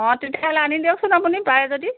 অঁ তেতিয়াহ'লে আনি দিয়কচোন আপুনি পাৰে যদি